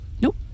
Nope